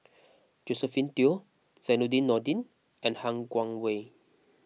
Josephine Teo Zainudin Nordin and Han Guangwei